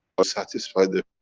or satisfy the